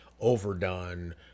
overdone